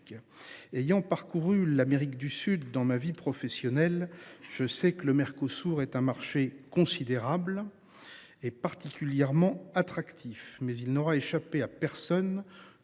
Ayant parcouru l’Amérique du Sud dans ma vie professionnelle, je sais que le Mercosur est un marché considérable et particulièrement attractif. Pour autant – cela n’aura échappé à personne